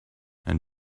and